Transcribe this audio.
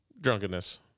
Drunkenness